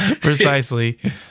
Precisely